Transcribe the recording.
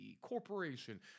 corporation